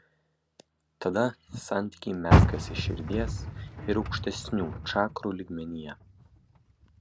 tada santykiai mezgasi širdies ir aukštesnių čakrų lygmenyje